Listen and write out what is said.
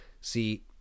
See